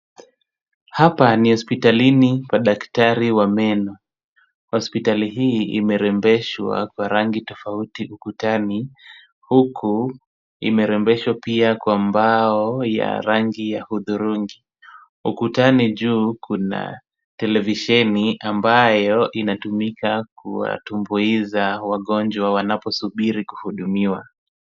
Hapa ni hospitalini kwa daktari wa meno. Hospitali hii imerembeshwa kwa rangi tofauti ukutani huku imerembeshwa pia kwa mbao ya rangi ya hudhurungi. Ukutani juu kuna televisheni ambayo inatumika kuwatumbuiza wagonjwa wanaposubiri kuhudumiwa.